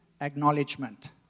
acknowledgement